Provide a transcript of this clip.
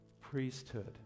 priesthood